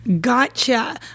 Gotcha